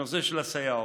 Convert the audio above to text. הנושא של הסייעות,